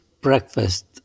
breakfast